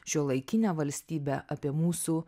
šiuolaikinę valstybę apie mūsų